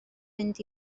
mynd